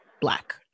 black